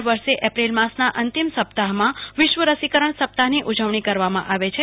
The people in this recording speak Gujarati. દર વર્ષે એપ્રિલ માસના અંતિમ સપ્તાફમાં વિશ્વ રસીકરણ સપ્તાફની ઉજવણી કરવામાં આવે છે